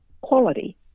quality